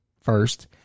first